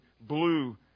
blue